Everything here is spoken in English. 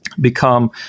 become